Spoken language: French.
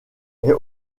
est